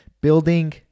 building